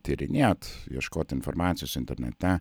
tyrinėt ieškot informacijos internete